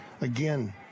again